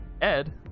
Ed